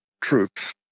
troops